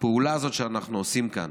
הפעולה הזאת שאנחנו עושים כאן